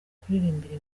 kuririmbira